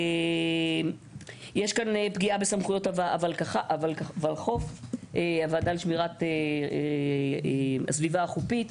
יש כאן פגיעה בסמכויות הוועדה לשמירת הסביבה החופית.